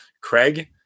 Craig